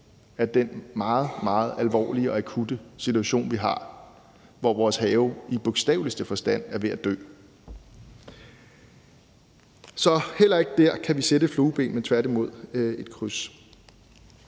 meget, meget alvorlige og akutte situation, vi har, hvor vores have i bogstaveligste forstand er ved at dø. Så heller ikke der kan vi sætte et flueben, men tværtimod et kryds.